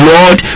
Lord